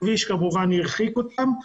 הכביש כמובן הרחיק אותם.